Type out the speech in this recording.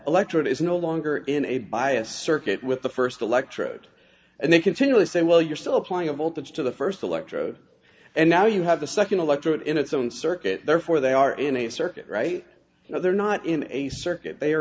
electorate is no longer in a bias circuit with the first electrode and they continually say well you're still applying a voltage to the first electrode and now you have the second electrode in it's own circuit therefore they are in a circuit right now they're not in a circuit they